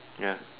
ya